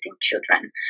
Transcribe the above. children